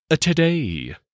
Today